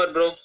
Bro